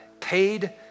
paid